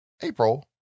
April